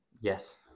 Yes